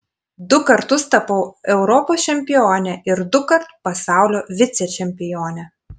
du kartus tapau europos čempione ir dukart pasaulio vicečempione